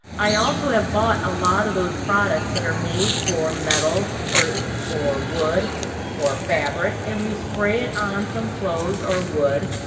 i also have bought a lot of those products that are made for metal or or wood or fabric, and we spray it on some clothes or wood,